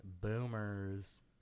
Boomers